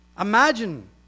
Imagine